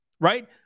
right